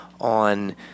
on